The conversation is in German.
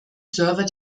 server